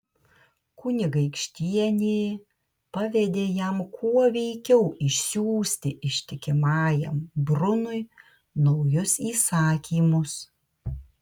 kunigaikštienė pavedė jam kuo veikiau išsiųsti ištikimajam brunui naujus įsakymus